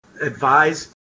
advise